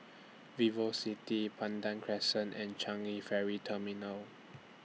Vivocity Pandan Crescent and Changi Ferry Terminal